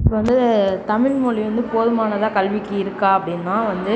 இப்போ வந்து தமிழ் மொழி வந்து போதுமானதாக கல்விக்கு இருக்கா அப்படின்னா வந்து